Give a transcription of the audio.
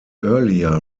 earlier